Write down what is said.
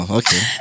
okay